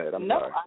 No